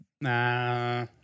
Nah